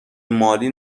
مالی